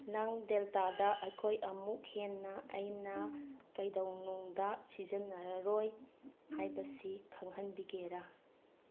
ꯅꯪ ꯗꯦꯜꯇꯥꯗ ꯑꯩꯈꯣꯏ ꯑꯃꯨꯛ ꯍꯦꯟꯅ ꯑꯩꯅ ꯀꯩꯗꯧꯅꯨꯡꯗ ꯁꯤꯖꯟꯅꯔꯔꯣꯏ ꯍꯥꯏꯕꯁꯤ ꯈꯪꯍꯟꯕꯤꯒꯦꯔꯥ